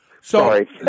sorry